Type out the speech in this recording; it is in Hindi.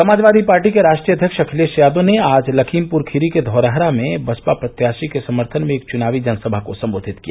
समाजवादी पार्टी के राष्ट्रीय अध्यक्ष अखिलेश यादव ने आज लखीमपुर खीरी के धौरहरा में बसपा प्रत्याशी के समर्थन में एक चुनावी जनसभा को सम्बोधित किया